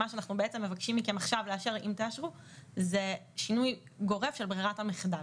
אנחנו מבקשים מכם עכשיו לאשר שינוי גורף של בררת המחדל.